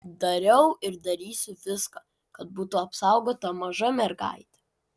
dariau ir darysiu viską kad būtų apsaugota maža mergaitė